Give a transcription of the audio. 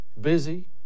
busy